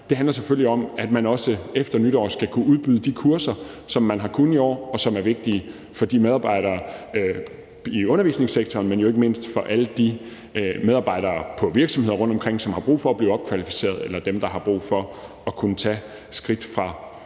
nu ønsker at forlænge med 1 år mere, også efter nytår skal kunne udbyde de kurser, som man har kunnet i år, og som er vigtige for medarbejderne i undervisningssektoren. Men det er jo også væsentligt ikke mindst for de medarbejdere på virksomheder rundtomkring, som har brug for at blive opkvalificeret, eller for dem, der har brug for at kunne tage skridtet fra det